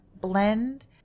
blend